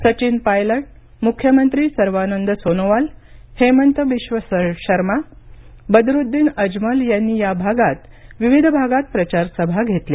सचिन पायलट मुख्यमंत्री सर्बानंद सोनोवाल हेमंत बिश्व शर्मा बदारुद्दीन अजमल यांनी या भागांत विविध भागांत प्रचारसभा घेतल्या